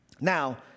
Now